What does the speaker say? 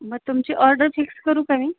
मग तुमची order fix करू का मी